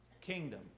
kingdom